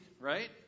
right